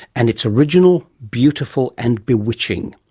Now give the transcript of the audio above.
and it's original, beautiful and bewitching.